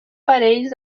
parells